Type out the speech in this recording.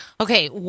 Okay